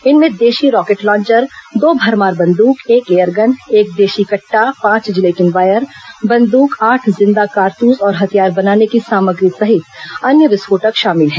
इनमें देशी rocket launcher दो भरमार बंद्रक एक एयर गन एक देशी रिवॉल्वर पांच जिलेटिन वायर बंद्रक आठ जिंदा कारतूस और हथियार बनाने की सामग्री सहित अन्य विस्फोटक शामिल हैं